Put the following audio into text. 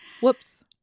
whoops